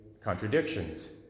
contradictions